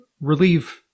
relieve